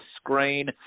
Screen